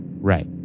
right